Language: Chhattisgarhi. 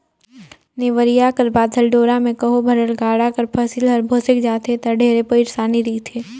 नेवरिया कर बाधल डोरा मे कहो भरल गाड़ा कर फसिल हर भोसेक जाथे ता ढेरे पइरसानी रिथे